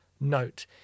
note